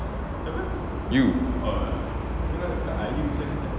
you